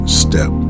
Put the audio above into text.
step